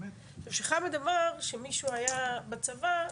אז כשחמד אמר שמישהו היה בצבא,